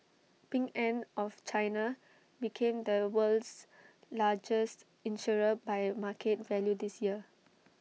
Ping an of China became the world's largest insurer by market value this year